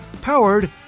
powered